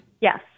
Yes